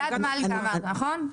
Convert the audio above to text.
אלעד מלכא אמרת, נכון?